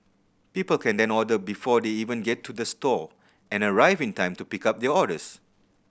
people can then order before they even get to the store and arrive in time to pick up their orders